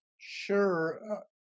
sure